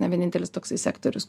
ne vienintelis toksai sektorius